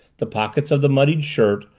the pockets of the muddied shirt,